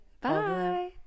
Bye